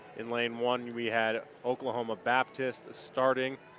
in lane one we had oklahoma baptist starting.